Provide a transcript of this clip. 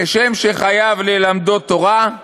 כשם שחייב ללמדו תורה,